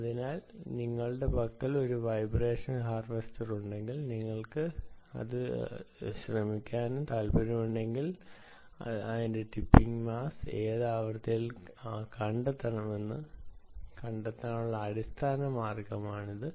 അതിനാൽ നിങ്ങളുടെ പക്കൽ ഒരു വൈബ്രേഷൻ ഹാർവെസ്റ്റർ ഉണ്ടെങ്കിൽ നിങ്ങൾക്ക് ശ്രമിക്കാനും താൽപ്പര്യമുണ്ടെങ്കിൽ നിങ്ങളുടെ ടിപ്പിംഗ് മാസ് ഏത് ആവൃത്തിയിൽ കണ്ടെത്തണമെന്ന് കണ്ടെത്താനുള്ള അടിസ്ഥാന മാർഗ്ഗമാണിത്